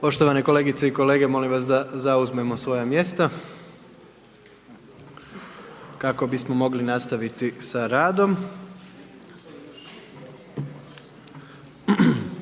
Poštovane kolegice i kolege, molim vas da zauzmemo svoja mjesta kako bismo mogli nastaviti sa radom.